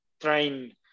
train